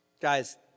Guys